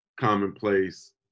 commonplace